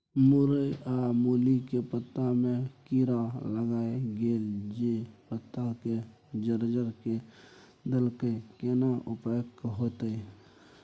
मूरई आ मूली के पत्ता में कीरा लाईग गेल जे पत्ता के जर्जर के देलक केना उपाय होतय?